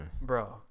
Bro